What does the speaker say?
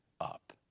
up